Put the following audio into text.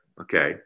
okay